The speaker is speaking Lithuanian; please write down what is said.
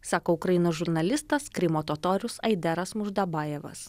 sako ukrainos žurnalistas krymo totorius aideras muždabajevas